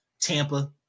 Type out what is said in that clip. Tampa